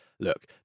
Look